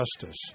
justice